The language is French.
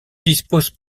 dispose